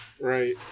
Right